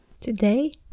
Today